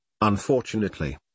Unfortunately